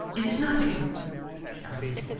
it is nothing she answered.